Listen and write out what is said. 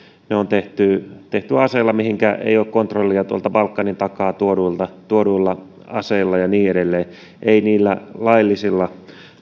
ne on tehty tehty aseilla joihinka ei ole kontrollia tuolta balkanin takaa tuoduilla tuoduilla aseilla ja niin edelleen ei niillä laillisilla